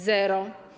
Zero.